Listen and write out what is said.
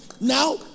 now